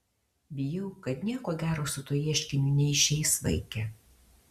bijau kad nieko gero su tuo ieškiniu neišeis vaike